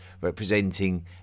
representing